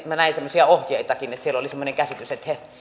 minä näin semmoisia ohjeitakin ja siellä oli semmoinen käsitys että he